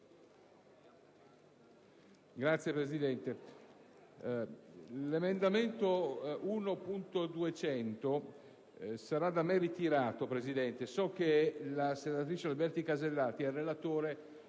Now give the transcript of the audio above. Signora Presidente, l'emendamento 1.200 sarà da me ritirato: so che la senatrice Alberti Casellati ed il relatore